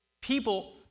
people